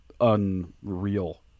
unreal